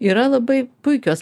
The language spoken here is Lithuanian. yra labai puikios